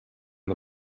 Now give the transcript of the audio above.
the